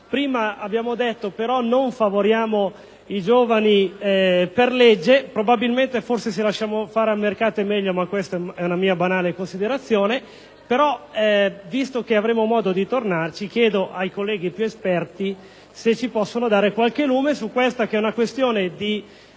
Prima abbiamo detto però di non favorire i giovani per legge. Probabilmente, se lasciamo fare al mercato è meglio, ma questa è una mia banale considerazione. Però, visto che avremo modo di tornarci, chiedo ai colleghi più esperti se ci possono dare qualche lume su una questione di